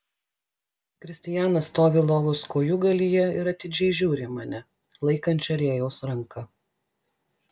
kristijanas stovi lovos kojūgalyje ir atidžiai žiūri į mane laikančią rėjaus ranką